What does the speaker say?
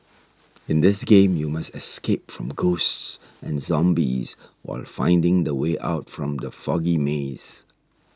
in this game you must escape from ghosts and zombies while finding the way out from the foggy maze